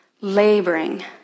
laboring